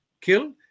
kill